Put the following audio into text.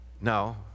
No